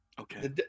Okay